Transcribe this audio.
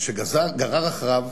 שגרר אחריו